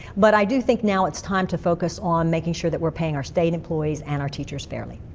but i do think now it's time to focus on making sure that we're paying our state employees and our teachers fairly.